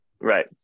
Right